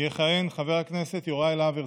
יכהן חבר הכנסת יוראי להב הרצנו,